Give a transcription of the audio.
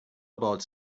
about